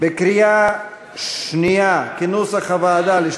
בקריאה שנייה על סעיף 35,